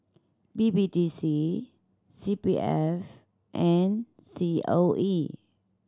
B B D C C P F and C O E